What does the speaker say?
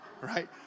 right